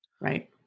right